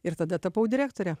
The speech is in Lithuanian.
ir tada tapau direktore